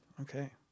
Okay